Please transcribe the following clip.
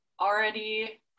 already